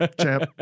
Champ